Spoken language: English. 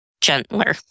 gentler